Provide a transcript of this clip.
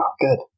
good